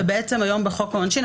ובעצם היום בחוק העונשין,